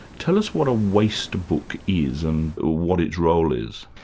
tell us what a waste book is, and what it's role is.